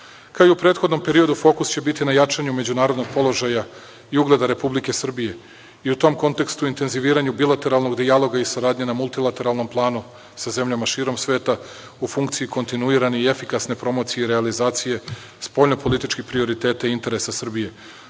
Kao i u prethodnom periodu fokus će biti na jačanju međunarodnog položaja i ugleda Republike Srbije i u tom kontekstu, na intenziviranju bilateralnog dijaloga i saradnje na multilateralnom planu sa zemljama širom sveta, u funkciji kontinuirane i efikasne promocije i realizacije spoljnopolitičkih prioriteta i interesa Srbije,